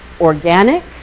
organic